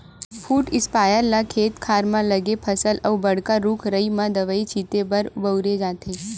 foot sprayer ल खेत खार म लगे फसल अउ बड़का रूख राई म दवई छिते बर बउरे जाथे